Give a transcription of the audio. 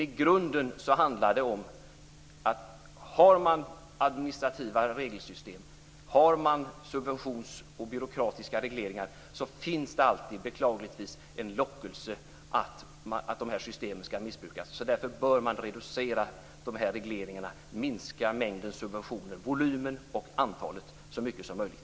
I grunden handlar detta om att om det finns administrativa regelsystem, om det finns subventioner och byråkratiska regleringar, finns det alltid en lockelse att missbruka systemen. Därför bör regleringarna och subventionerna minska så mycket som möjligt